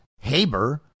Haber